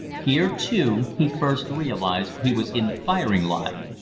here, too, he first realized he was in the firing line.